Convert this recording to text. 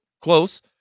Close